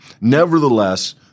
Nevertheless